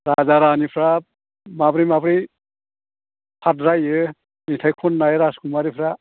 राजा रानिफ्रा माब्रै माब्रै साबजायो मेथाइ खननाय राजकुमारिफ्रा